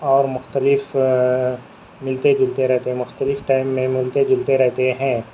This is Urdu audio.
اور مختلف ملتے جلتے رہتے مختلف ٹائم میں ملتے جلتے رہتے ہیں